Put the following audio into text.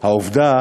העובדה